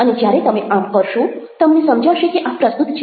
અને જ્યારે તમે આમ કરશો તમને સમજાશે કે આ પ્રસ્તુત છે